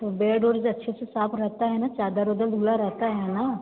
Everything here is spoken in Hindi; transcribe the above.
तो बेड बेड अच्छे से साफ़ रहता है ना चादर वादर धुला रहता है ना